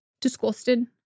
Disgusted